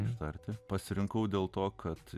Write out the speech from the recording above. ištarti pasirinkau dėl to kad